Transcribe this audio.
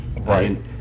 Right